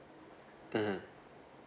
mmhmm